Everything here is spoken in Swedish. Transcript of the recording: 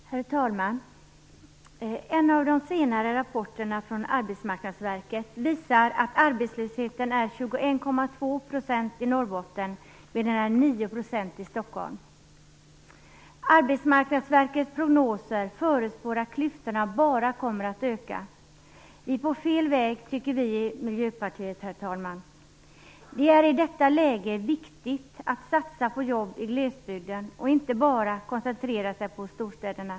Herr talman! En av de senare rapporterna från Arbetsmarknadsverket visar att arbetslösheten ligger på Stockholm. I Arbetsmarknadsverkets prognoser förutspås att klyftorna bara kommer att öka. Vi är på fel väg, tycker vi i Miljöpartiet. Det är i detta läge viktigt att satsa på jobb i glesbygden. Man skall inte bara koncentrera sig på storstäderna.